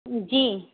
جی